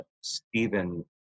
Stephen